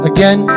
Again